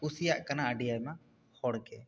ᱠᱩᱥᱤᱭᱟᱜ ᱠᱟᱱᱟ ᱟᱹᱰᱤ ᱟᱭᱢᱟ ᱦᱚᱲ ᱜᱮ